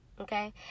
okay